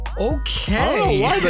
Okay